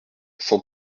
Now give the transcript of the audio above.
cent